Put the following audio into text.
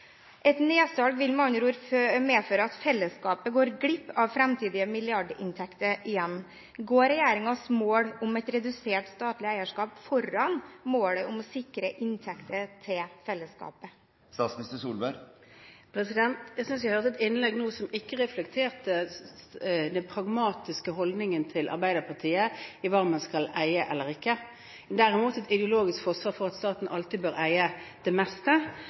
Et nedsalg vil med andre ord medføre at fellesskapet igjen går glipp av framtidige milliardinntekter. Går regjeringens mål om et redusert statlig eierskap foran målet om å sikre inntekter til fellesskapet? Jeg synes jeg nå hørte et innlegg som ikke reflekterte den pragmatiske holdningen til Arbeiderpartiet med hensyn til hva man skal eie eller ikke eie, men derimot et ideologisk forsvar for at staten alltid bør eie det meste.